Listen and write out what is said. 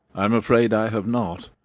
i am afraid i have not.